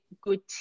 good